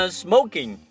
smoking